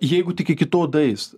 jeigu tik iki to daeis